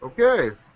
Okay